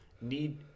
need